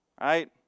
right